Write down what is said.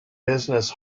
business